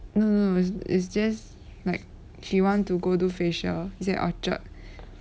no it's just it's just like she wants to go do facial is at orchard